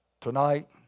Tonight